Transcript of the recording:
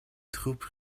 troupes